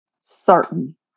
certain